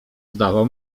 zdawał